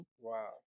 Wow